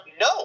no